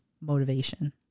motivation